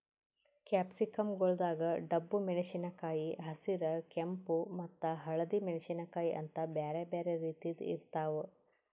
capsicum ಗೊಳ್ದಾಗ್ ಡಬ್ಬು ಮೆಣಸಿನಕಾಯಿ, ಹಸಿರ, ಕೆಂಪ ಮತ್ತ ಹಳದಿ ಮೆಣಸಿನಕಾಯಿ ಅಂತ್ ಬ್ಯಾರೆ ಬ್ಯಾರೆ ರೀತಿದ್ ಇರ್ತಾವ್